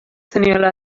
zeniola